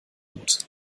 brot